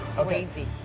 crazy